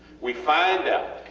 we find out